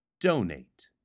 Donate